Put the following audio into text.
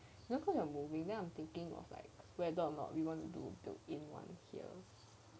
cause I like moving then I'm thinking of like whether or not we want to do a built-in [one] here